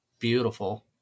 Beautiful